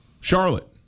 Charlotte